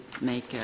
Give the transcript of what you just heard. make